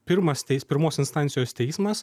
pirmas teis pirmos instancijos teismas